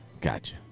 Gotcha